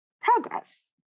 progress